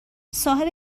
صاحب